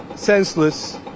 Senseless